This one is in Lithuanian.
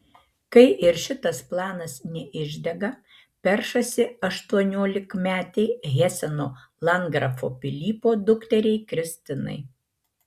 kai ir šitas planas neišdega peršasi aštuoniolikmetei heseno landgrafo pilypo dukteriai kristinai